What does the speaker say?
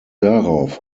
darauf